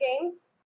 games